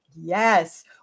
Yes